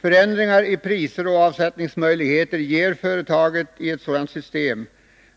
Förändringar i priser och avsättningsmöjligheter ger företaget